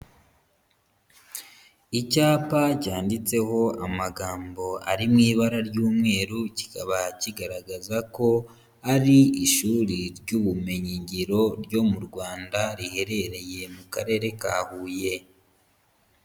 Icyapa cyanditseho amagambo ari mu ibara ry'umweru kikaba kigaragaza ko ari ishuri ry'ubumenyingiro ryo mu Rwanda riherereye mu karere ka Huye.